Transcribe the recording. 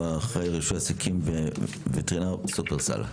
הוא אחראי רישוי עסקים ווטרינר שופרסל.